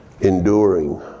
enduring